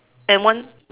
and one